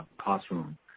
classroom